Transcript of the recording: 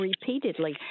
repeatedly